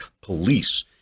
police